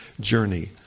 journey